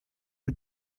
wyt